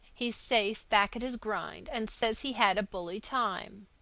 he's safe back at his grind, and says he had a bully time.